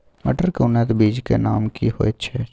मटर के उन्नत बीज के नाम की होयत ऐछ?